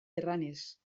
erranez